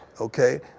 Okay